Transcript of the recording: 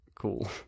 Cool